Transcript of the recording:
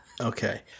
Okay